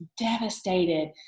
devastated